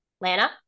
Lana